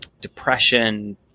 depression